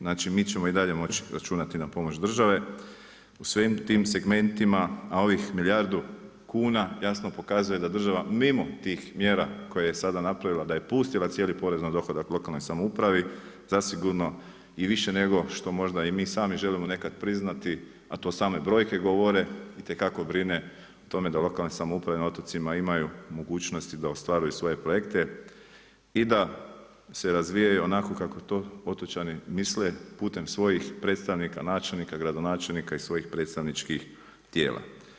Znači mi ćemo i dalje moći računati na pomoć države, u svim tim segmentima, a ovih milijardu kuna jasno pokazuje da država mimo tih mjera koje je sada napravila, da je pustila cijeli porez na dohodak lokalnoj samoupravi, zasigurno i više nego što i mi sami želimo sami priznati, a to same brojke govore itekako brine, tome do lokalne samouprave na otocima imaju mogućnosti da ostvaruju svoje projekte i da se razvijaju onako kako to otočani misle, putem svojih predstavnika, načelnika, gradonačelnika i svojih predstavničkih tijela.